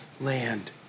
land